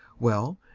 well,